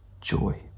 joy